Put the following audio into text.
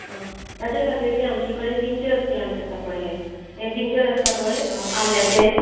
आं ताजे खातीर न्हय आमचे कडेन जिंजर प्लांट आसा पळय हें हें जिंजर आसा पळय आल्याचें